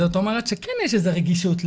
זאת אומרת שכן יש איזו רגישות.